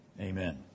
Amen